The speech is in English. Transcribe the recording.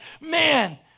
Man